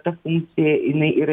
ta funkcija jinai yra